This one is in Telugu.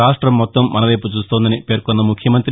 రాష్టం మొత్తం మనవైపు చూస్తోందని పేర్కొన్న ముఖ్యమంతి